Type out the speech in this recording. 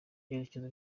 byerekezo